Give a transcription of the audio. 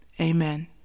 Amen